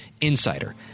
insider